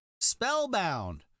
Spellbound